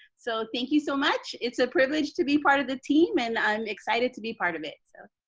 so thank you so much. it's a privilege to be part of the team and i'm excited to be part of it, so,